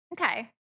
Okay